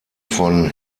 von